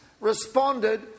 responded